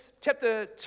chapter